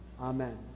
Amen